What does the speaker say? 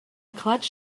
clutch